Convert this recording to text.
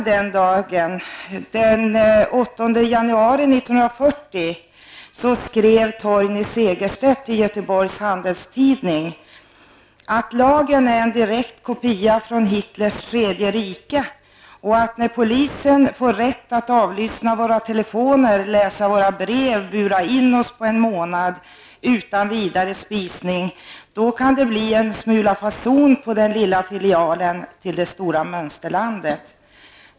Den 8 januari 1940 skrev liberalen Torgny Segerstedt i Göteborgs Handelsoch Sjöfartstidning: Lagen är en direkt kopia från Hitlers tredje rike, och att när polisen får rätt att avlyssna våra telefoner, läsa våra brev, bura in oss på en månad utan vidare spisning, då kan det bli en smula fason på denna lilla filial till det stora mönsterlandet.